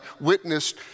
witnessed